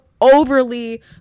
overly